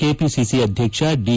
KPCC ಅಧ್ಯಕ್ಷ the